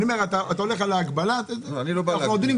ואתה הולך על ההגבלה --- אני לא בא להגביל.